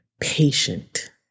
patient